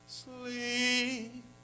sleep